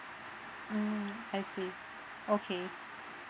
mm I see okay